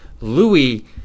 Louis